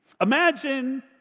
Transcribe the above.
Imagine